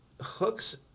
Hooks